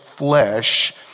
flesh